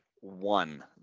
One